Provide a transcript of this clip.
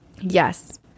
Yes